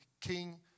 King